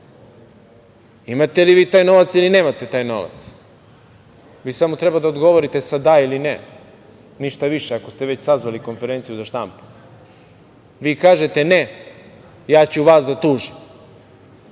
imate taj novac ili nemate taj novac? Vi samo treba da odgovorite sa „da“ ili „ne“, ništa više ako ste već sazvali konferenciju za štampu. Vi kažete – ne, ja ću vas da tužim.